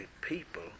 people